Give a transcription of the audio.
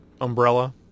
umbrella